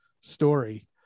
story